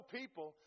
people